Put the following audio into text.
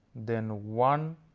then one,